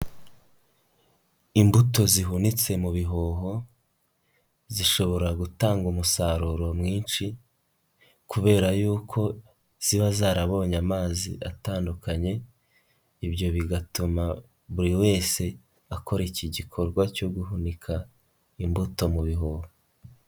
Imbuto zihunitse mu bihoho zishobora gutanga umusaruro mwinshi kubera yuko ziba zarabonye amazi atandukanye, Ibyo bigatuma buri wese akora iki gikorwa cyo guhunika imbuto mu bihoho.